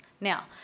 Now